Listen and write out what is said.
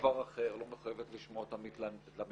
דבר אחר היא לא מחויבת לשמור על המתלוננות,